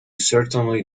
certainly